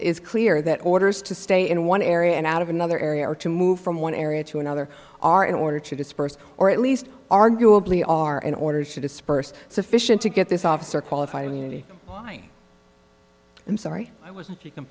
is clear that orders to stay in one area and out of another area or to move from one area to another are in order to disperse or at least arguably are in order to disperse sufficient to get this officer qualified immunity going i'm sorry i was